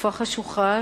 תקופה חשוכה,